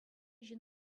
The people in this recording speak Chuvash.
ҫын